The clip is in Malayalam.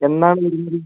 എന്നാണ് വരുന്നത്